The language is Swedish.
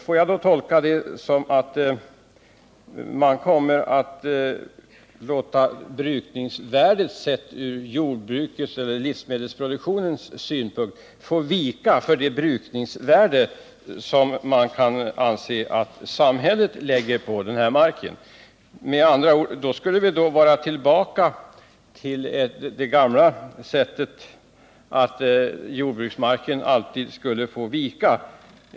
Får jag tolka det så att man, sett från jordbrukets eller livsmedelsproduktionens synpunkt, kommer att låta brukningsvärdet vika för det brukningsvärde som samhället anser att marken har. Då skulle vi vara tillbaka vid det gamla när jordbruksmarken alltid fick vika.